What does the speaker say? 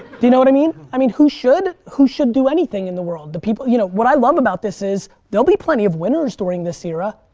do you know what i mean? i mean who should? who should do anything in the world? the people, you know, what i love about this is there'll be plenty of winners winners during this era,